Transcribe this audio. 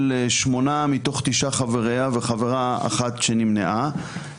שמונה מתוך תשעה חבריה וחברה אחת שנמנעה,